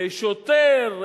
שוטר,